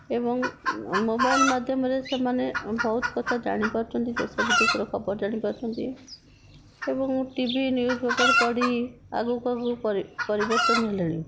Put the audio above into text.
ଏବଂ ମୋବାଇଲ ମାଧ୍ୟମରେ ସେମାନେ ବହୁତ କଥା ଜାଣିପାରୁଛନ୍ତି ଦେଶବିଦେଶର ଖବର ଜାଣିପାରୁଛନ୍ତି ଏବଂ ଟିଭି ନ୍ୟୁଜ୍ପେପର୍ ପଢ଼ି ଆଗକୁ ଆଗକୁ ପରିବର୍ତ୍ତନ ହେଲେଣି